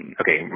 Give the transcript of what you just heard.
okay